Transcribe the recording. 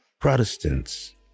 Protestants